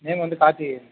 name வந்து கார்த்தி